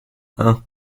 hein